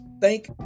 thank